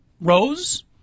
Rose